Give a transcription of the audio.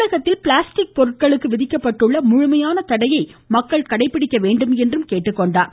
தமிழகத்தில் பிளாஸ்டிக் பொருட்களுக்கு விதிக்கப்பட்டுள்ள முழுமையான தடையை மக்கள் கடைபிடிக்க வேண்டுமென்றும் கேட்டுக்கொண்டார்